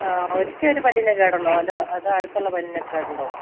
ആ ഒറ്റയൊരു പല്ലിനേ കേടുള്ളോ അതോ അടുത്തുള്ള പല്ലിനൊക്കെ കേടുണ്ടോ